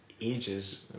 ages